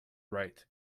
right